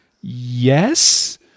yes